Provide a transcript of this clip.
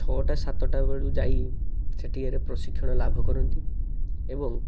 ଛଅଟା ସାତଟା ବେଳୁ ଯାଇ ସେଠିକାର ପ୍ରଶିକ୍ଷଣ ଲାଭ କରନ୍ତି ଏବଂ